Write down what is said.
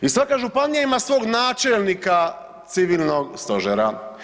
I svaka županija ima svog načelnika civilnog stožera.